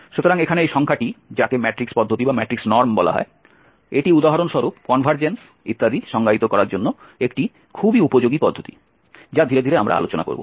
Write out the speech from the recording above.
সুতরাং এখানে এই সংখ্যাটি যাকে ম্যাট্রিক্স পদ্ধতি বলা হয় এটি উদাহরণস্বরূপ কনভারজেন্স ইত্যাদি সংজ্ঞায়িত করার জন্য একটি খুবই উপযোগী পদ্ধতি যা ধীরে ধীরে আমরা আলোচনা করব